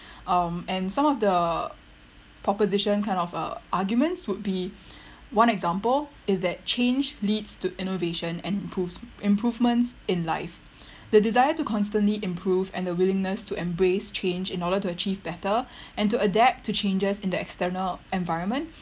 um and some of the proposition kind of uh arguments would be one example is that change leads to innovation and improves~ improvements in life the desire to constantly improve and the willingness to embrace change in order to achieve better and to adapt to changes in the external environment